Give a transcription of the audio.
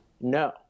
No